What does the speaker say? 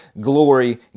glory